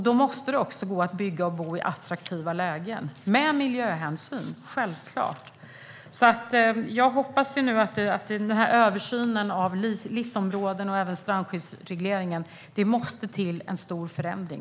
Där måste det också gå att bygga och bo i attraktiva lägen, självklart med miljöhänsyn. Jag hoppas att översynen av LIS-områden och strandskyddsregleringen kommer att innebära en stor förändring.